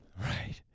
Right